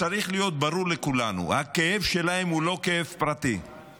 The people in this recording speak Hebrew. צריך להיות ברור לכולנו: הכאב שלהם הוא לא כאב פרטי,